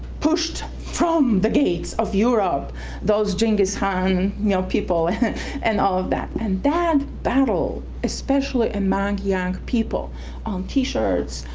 pushed from the gates of europe those genghis khan you know people and all of that, and that battle, especially among young people on t-shirts,